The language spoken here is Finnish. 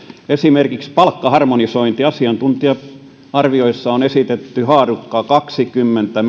esimerkiksi palkkaharmonisointi asiantuntija arvioissa on esitetty haarukkaa kaksikymmentä